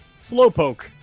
Slowpoke